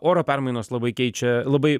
oro permainos labai keičia labai